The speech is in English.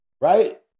Right